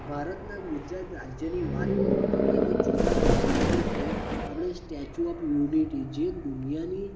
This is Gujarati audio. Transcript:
ભારતના ગુજરાત રાજ્યની વાત કરું તો તેમાં જોવા લાયક સ્થળ છે આપણે સ્ટેચ્યુ ઓફ યુનિટી જે દુનિયાની